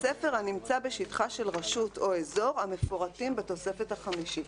ספר הנמצא בשטחה של רשות או אזור המפורטים בתוספת החמישית,